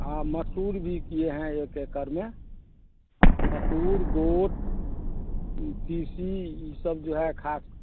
हाँ मसूर भी किए हैं एक एकड़ में मसूर गोड तीसी ये सब जो है ख़ास